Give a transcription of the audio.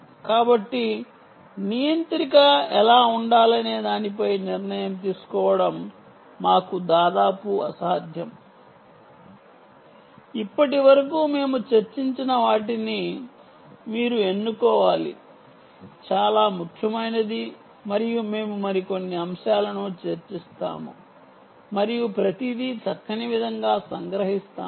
కాబట్టి నియంత్రిక ఎలా ఉండాలనే దానిపై నిర్ణయం తీసుకోవడం మాకు దాదాపు అసాధ్యం ఇప్పటివరకు మేము చర్చించిన వాటిని మీరు ఎన్నుకోవాలి చాలా ముఖ్యమైనది మరియు మేము మరికొన్ని అంశాలను చర్చిస్తాము మరియు ప్రతిదీ చక్కని విధంగా సంగ్రహిస్తాము